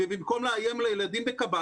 במקום לאיים על ילדים בקציני